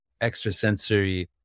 extrasensory